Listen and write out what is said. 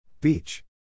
Beach